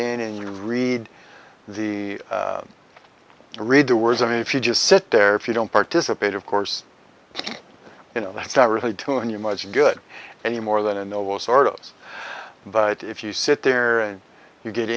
in and you read the read the words i mean if you just sit there if you don't participate of course you know that's not really too much good any more than a no will sort of but if you sit there and you get